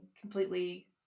completely